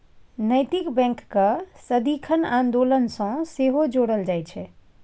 नैतिक बैंककेँ सदिखन आन्दोलन सँ सेहो जोड़ल जाइत छै